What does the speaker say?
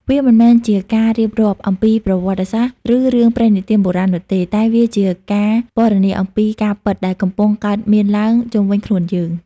វាមិនមែនជាការរៀបរាប់អំពីប្រវត្តិសាស្ត្រ ឬរឿងព្រេងនិទានបុរាណនោះទេ តែវាជាការពណ៌នាអំពីការពិតដែលកំពុងកើតមានឡើងជុំវិញខ្លួនយើង។